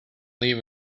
leave